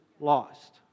lost